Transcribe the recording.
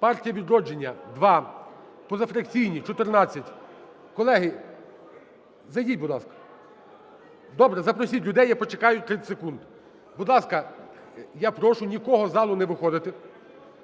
"Партія "Відродження" – 2, позафракційні – 14. Колеги, зайдіть, будь ласка. Добре, запросіть людей, я почекаю 30 секунд. Будь ласка, я прошу нікому із залу не виходити.